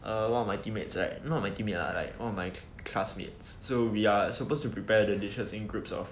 uh one of my teammates right not my teammate lah like all my classmates so we are supposed to prepare the dishes in groups of